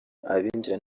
abinjira